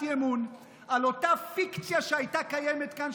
אי-אמון על אותה פיקציה שהייתה קיימת כאן,